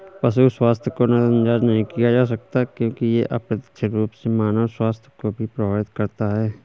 पशु स्वास्थ्य को नजरअंदाज नहीं किया जा सकता क्योंकि यह अप्रत्यक्ष रूप से मानव स्वास्थ्य को भी प्रभावित करता है